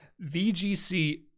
VGC